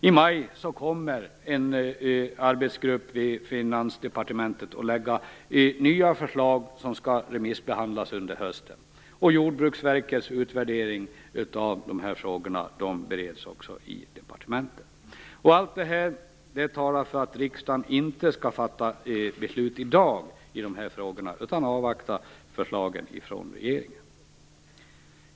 I maj kommer en arbetsgrupp vid Finansdepartementet att lägga fram förslag som skall remissbehandlas under hösten. Jordbruksverkets utvärdering av dessa frågor bereds inom departementet. Allt detta talar för att riksdagen inte skall fatta beslut i dessa frågor i dag utan avvakta förslagen från regeringen.